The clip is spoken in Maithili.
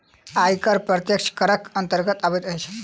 आयकर प्रत्यक्ष करक अन्तर्गत अबैत अछि